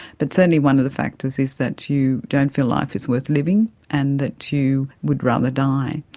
but certainly one of the factors is that you don't feel life is worth living and that you would rather die.